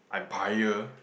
empire